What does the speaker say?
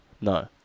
no